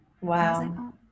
Wow